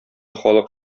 халык